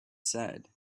said